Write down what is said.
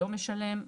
לא משלם.